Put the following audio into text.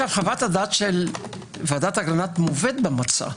חוות הדעת של ועדת אגרנט מובאת במצע.